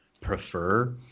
prefer